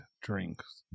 drinks